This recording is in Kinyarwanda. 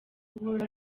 guhora